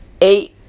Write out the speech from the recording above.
eight